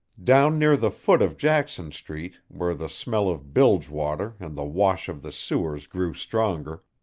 down near the foot of jackson street, where the smell of bilge-water and the wash of the sewers grew stronger,